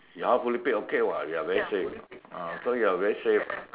your house fully paid okay [what] you are very safe ah so you are very safe